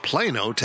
Plano